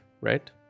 right